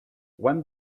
when